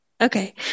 Okay